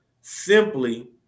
simply